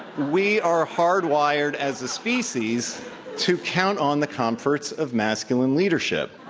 we are hard-wired as a species to count on the comforts of masculine leadership.